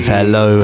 Hello